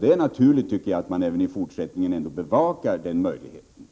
Det är naturligt, tycker jag, att man också i fortsättningen bevakar den möjligheten.